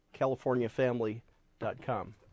CaliforniaFamily.com